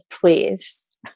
please